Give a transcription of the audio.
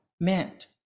meant